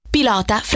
Pilota